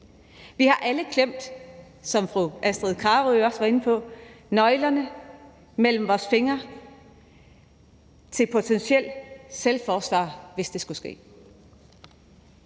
Vi har alle klemt, som fru Astrid Carøe også var inde på, nøglerne mellem vores fingre til potentielt selvforsvar, hvis det skulle ske.